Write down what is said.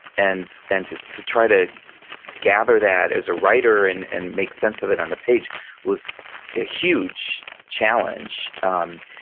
and and to try to gather that as a writer and and make sense of it on the page was a huge challenge. um